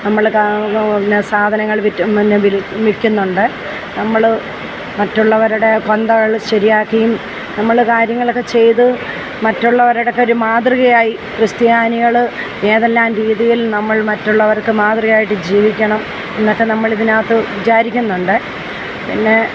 നമ്മൾ കാണുന്ന സാധനങ്ങൾ വിറ്റുന്ന വിൽക്കുന്നുണ്ട് നമ്മൾ മറ്റുള്ളവരുടെ കൊന്തകൾ ശരിയാക്കിയും നമ്മൾ കാര്യങ്ങളൊക്ക ചെയ്തു മറ്റുള്ളവരുടെ അടുത്ത് ഒരു മാതൃകയായി ക്രിസ്താനികൾ ഏതെല്ലാം രീതിയിൽ നമ്മൾ മറ്റുള്ളവർക്ക് മാതൃകയായിട്ട് ജീവിക്കണം എന്നൊക്ക നമ്മൾ ഇതിനകത്ത് വിചാരിക്കുന്നുണ്ട് പിന്നെ